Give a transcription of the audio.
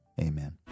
amen